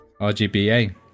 RGBA